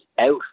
out